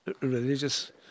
religious